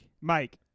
Mike